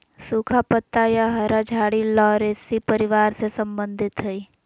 सुखा पत्ता या हरा झाड़ी लॉरेशी परिवार से संबंधित हइ